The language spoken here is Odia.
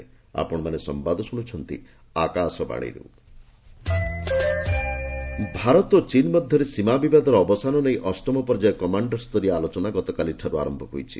ବିପିନ୍ ରାଓ୍ୱତ ଭାରତ ଓ ଚୀନ ମଧ୍ୟରେ ସୀମା ବିବାଦର ଅବସାନ ନେଇ ଅଷ୍ଟମ ପର୍ଯ୍ୟାୟ କମାଣ୍ଡର ସ୍ଥରୀୟ ଆଲୋଚନା ଗତକାଲି ଠାରୁ ଆରମ୍ଭ ହୋଇଛି